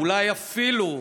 אולי אפילו,